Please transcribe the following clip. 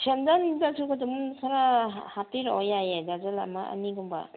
ꯁꯦꯟꯗꯟꯗꯁꯨ ꯑꯗꯨꯝ ꯈꯔ ꯍꯥꯞꯄꯤꯔꯛꯑꯣ ꯌꯥꯏꯌꯦ ꯗꯔꯖꯟ ꯑꯃ ꯑꯅꯤꯒꯨꯝꯕ